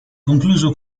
concluso